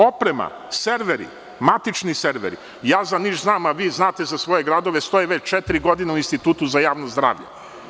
Oprema, serveri, matični serveri, ja za Niš znam, a vi znate za svoje gradove stoje već četiri godine u Institutu za javno zdravlje.